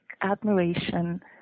admiration